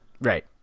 right